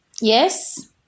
yes